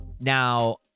Now